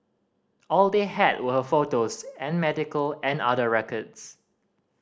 all they had were her photos and medical and other records